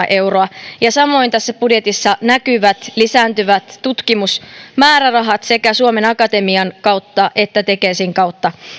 miljoonaa euroa ja samoin tässä budjetissa näkyvät lisääntyvät tutkimusmäärärahat sekä suomen akatemian kautta että tekesin kautta